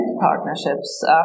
partnerships